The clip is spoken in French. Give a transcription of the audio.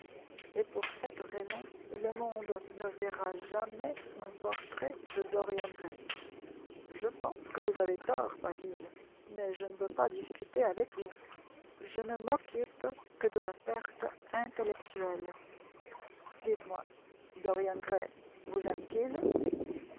et pour cette raison le monde ne verra jamais mon portrait de dorian gray je pense que vous avez tort basil mais je ne veux pas discuter avec vous je ne m'occupe que de la perte intellectuelle dites-moi dorian gray vous aime t ilp